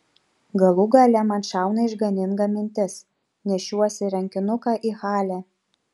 galų gale man šauna išganinga mintis nešiuosi rankinuką į halę